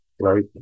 right